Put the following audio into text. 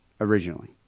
originally